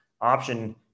Option